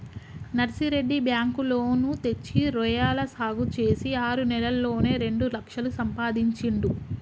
Narsireddy bank loan తెచ్చి రొయ్యల సాగు చేసి ఆరు నెలల్లోనే రెండు లక్షలు సంపాదించిండు